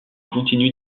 continue